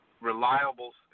reliable